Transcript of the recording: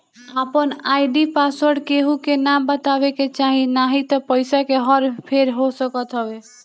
आपन I D password केहू के ना बतावे के चाही नाही त पईसा के हर फेर हो सकत हवे